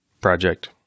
project